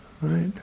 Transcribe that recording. Right